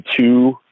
two